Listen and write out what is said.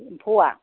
एम्फौआ